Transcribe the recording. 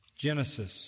Genesis